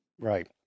Right